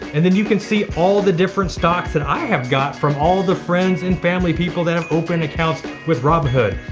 and then you can see all the different stocks that i have got from all the friends and family, people that have opened accounts with robinhood.